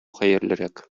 хәерлерәк